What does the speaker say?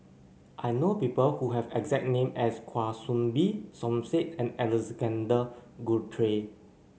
I know people who have exact name as Kwa Soon Bee Som Said and Alexander Guthrie